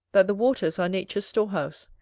that the waters are nature's store-house,